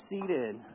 seated